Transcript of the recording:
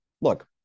look